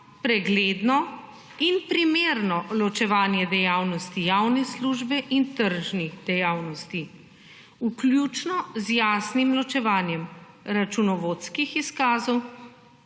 pregledno in primerno ločevanje dejavnosti javne službe in tržnih dejavnosti, vključno z jasnim ločevanjem računovodskih izkazov,